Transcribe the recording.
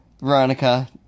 Veronica